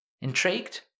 Intrigued